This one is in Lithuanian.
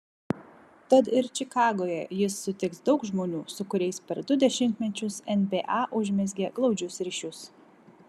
tad ir čikagoje jis sutiks daug žmonių su kuriais per du dešimtmečius nba užmezgė glaudžius ryšius